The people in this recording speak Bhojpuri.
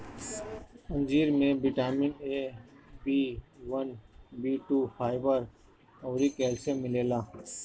अंजीर में vitamin A, B one, B two, fibre अउरी कैल्शियम मिलेला